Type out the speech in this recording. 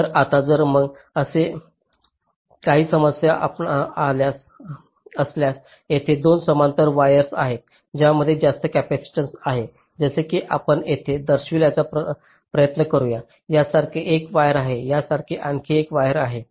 तर आता जर मला असे काही समस्या असल्यास तेथे दोन समांतर वायर्स आहेत ज्यामध्ये जास्त कॅपेसिटन्स आहेत जसे की आपण येथे दर्शविण्याचा प्रयत्न करूया यासारखे एक वायर आहे यासारखे आणखी एक वायर आहे